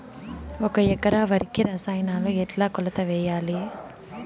ఒక ఎకరా వరికి రసాయనాలు ఎట్లా కొలత వేయాలి?